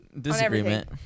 Disagreement